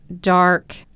dark